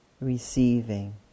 Receiving